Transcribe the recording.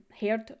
heard